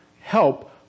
help